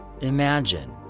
Imagine